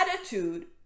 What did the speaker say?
attitude